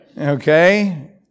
Okay